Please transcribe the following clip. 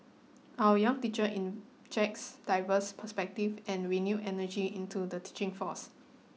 our young teacher injects diverse perspective and renewed energy into the teaching force